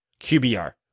QBR